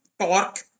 torque